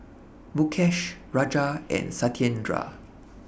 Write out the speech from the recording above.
Mukesh Raja and Satyendra